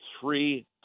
three